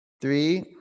three